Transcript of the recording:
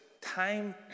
time